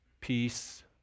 peace